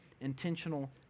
intentional